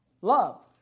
love